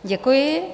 Děkuji.